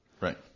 Right